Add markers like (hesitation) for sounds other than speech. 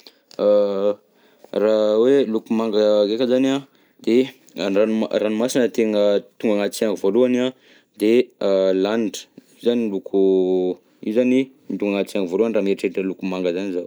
(hesitation) Raha hoe loko manga ndreka zany an de andranomas- ranomasina tegna tonga agnaty saignako voalohany an de (hesitation) lanitra, io zany loko, io zany tonga agnaty sainako voalohany raha mieritreritra loko manga zany zaho.